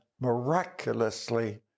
miraculously